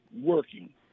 working